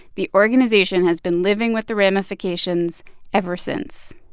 the organization has been living with the ramifications ever since.